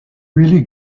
really